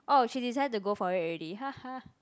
oh she decided to go for it already